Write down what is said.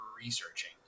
researching